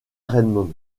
raymond